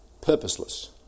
purposeless